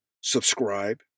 subscribe